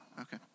Okay